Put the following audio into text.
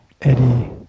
eddie